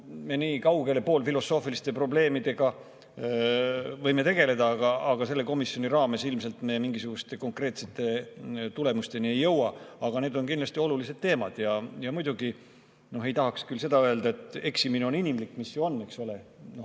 Me võime poolfilosoofiliste probleemidega tegeleda, aga selle komisjoni raames ilmselt me mingisuguste konkreetsete tulemusteni [selles] ei jõua. Aga need on kindlasti olulised teemad. Muidugi ei tahaks seda öelda, et eksimine on inimlik – mis ju on, eks ole